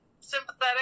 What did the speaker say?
sympathetic